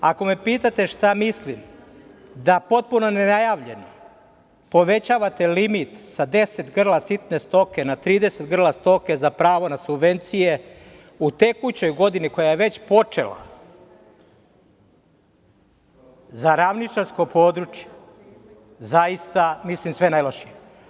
Ako me pitate šta mislim da potpuno nenajavljeno povećavate limit sa 10 grla sitne stoke na 30 grla stoke za pravo na subvencije u tekućoj godini koja je već počela za ravničarsko područje, zaista mislim sve najlošije.